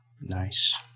nice